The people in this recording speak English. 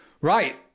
Right